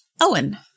Owen